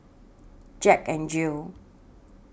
Jack N Jill